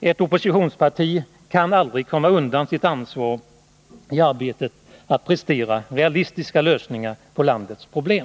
Ett oppositionsparti kan aldrig komma undan sitt ansvar för att presentera realistiska lösningar på landets problem.